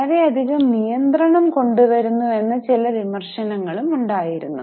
ഇത് വളരെയധികം നിയന്ത്രണം കൊണ്ടുവരുന്നുവെന്ന ചില വിമർശനങ്ങളും ഉണ്ടായിരുന്നു